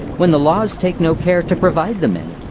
when the laws take no care to provide them any,